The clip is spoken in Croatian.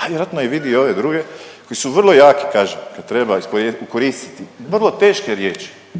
a vjerojatno vidi i ove druge koji su vrlo jaki kažem kad treba koristiti vrlo teške riječi